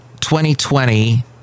2020